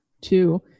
two